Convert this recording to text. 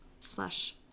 slash